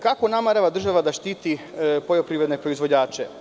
Kako država namerava da štiti poljoprivredne proizvođače?